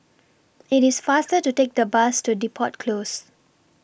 It's faster to Take The Bus to Depot Close